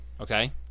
Okay